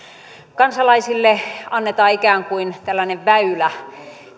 kansalaisille annetaan ikään kuin tällainen väylä